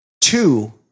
Two